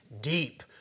deep